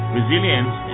Resilience